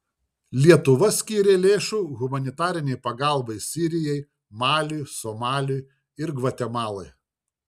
lietuva skyrė lėšų humanitarinei pagalbai sirijai maliui somaliui ir gvatemalai